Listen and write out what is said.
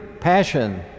passion